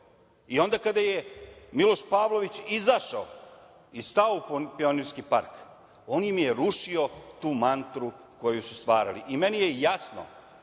i onda kada je Miloš Pavlović izašao i stao u Pionirski park on im je rušio tu mantru koju su stvarali. Meni je jasno